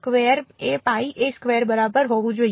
તેથી b square એ pi a square બરાબર હોવું જોઈએ